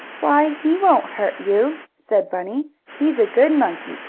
why, he won't hurt you, said bunny. he's a good monkey.